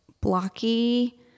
blocky